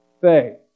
faith